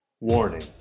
Warning